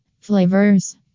Flavors